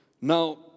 Now